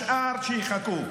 השאר, שיחכו.